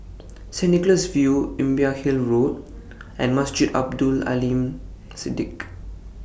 Saint Nicholas View Imbiah Hill Road and Masjid Abdul Aleem Siddique